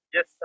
Yes